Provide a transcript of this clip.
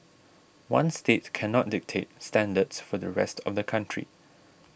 one state cannot dictate standards for the rest of the country